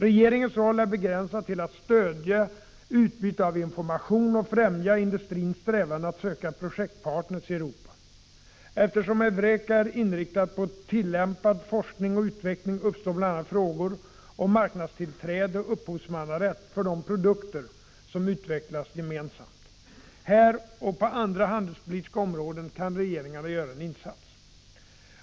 Regeringens roll är begränsad till att stödja utbyte av information och främja industrins strävanden att söka projektpartner i Europa. Eftersom EUREKA är inriktat på tillämpad forskning och utveckling uppstår bl.a. frågor om marknadstillträde och upphovsmannarätt för de produkter som utvecklas gemensamt. Här och på andra handelspolitiska områden kan regeringarna göra en insats.